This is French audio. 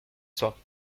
soit